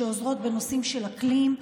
שעוזרות בנושאים של אקלים.